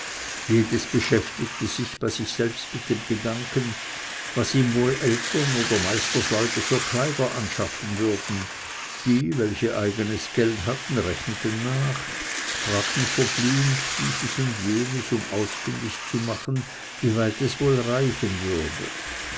jedes beschäftigte sich bei sich selbst mit dem gedanken was ihm wohl eltern oder meisterleute für kleider anschaffen würden die welche eigenes geld hatten rechneten nach fragten verblümt dieses und jenes um ausfindig zu machen wie weit es wohl reichen würde